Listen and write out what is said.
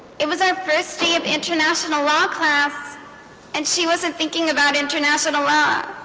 it was our first day of international law class and she wasn't thinking about international law